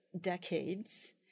decades